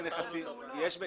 נכסים יש לו.